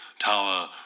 Tower